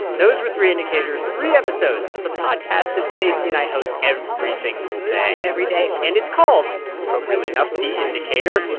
those were three indicators, three episodes of the podcast that stacey and i host every single day every day and it's called appropriately enough the indicator.